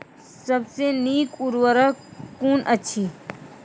सबसे नीक उर्वरक कून अछि?